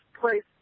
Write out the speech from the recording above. place